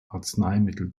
arzneimittel